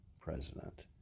president